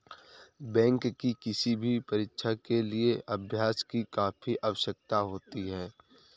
bank की किसी भी परीक्षा के लिए अभ्यास की काफी आवश्यकता होती है